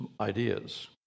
ideas